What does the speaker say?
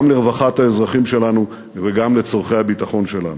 גם לרווחת האזרחים שלנו וגם לצורכי הביטחון שלנו.